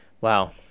Wow